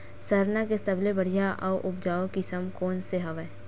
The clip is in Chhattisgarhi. सरना के सबले बढ़िया आऊ उपजाऊ किसम कोन से हवय?